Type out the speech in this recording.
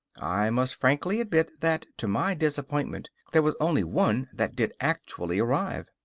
i must frankly admit that, to my disappointment, there was only one that did actually arrive.